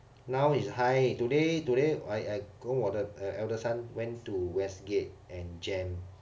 now is high today today I I go with 我的 elder son went to westgate and jem